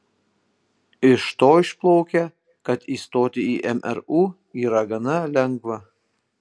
iš to išplaukia kad įstoti į mru yra gana lengva